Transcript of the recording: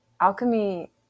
alchemy